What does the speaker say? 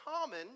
common